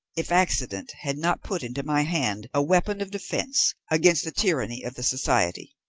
if accident had not put into my hand a weapon of defence against the tyranny of the society.